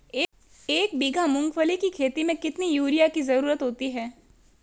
एक बीघा मूंगफली की खेती में कितनी यूरिया की ज़रुरत होती है?